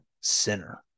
sinner